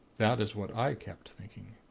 that is what i kept thinking.